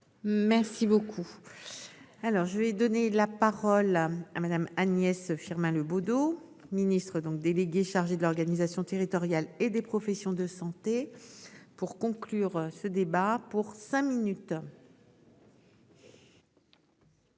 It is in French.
Merci beaucoup. Alors je lui ai donné la parole à Madame Agnès Firmin Le Bodo Ministre donc délégué chargé de l'organisation territoriale et des professions de santé. Pour conclure ce débat pour cinq minutes.--